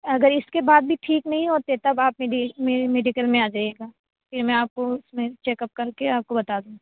اگر اس کے بعد بھی ٹھیک نہیں ہوتے تب آپ میری میری میڈیکل میں آ جائیے گا پھر میں آپ کو اس میں چیک اپ کر کے آپ کو بتا دوں گی